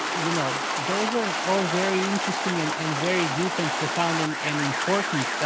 you know those are all very interesting and and very deep and profound and and important,